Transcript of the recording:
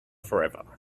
forever